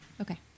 Okay